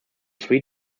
three